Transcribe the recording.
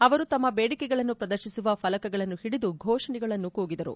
ಅವರು ತಮ್ಮ ಬೇಡಿಕೆಗಳನ್ನು ಪ್ರದರ್ಶಿಸುವ ಫಲಕಗಳನ್ನು ಹಿಡಿದು ಘೋಷಣೆಗಳನ್ನು ಕೂಗಿದರು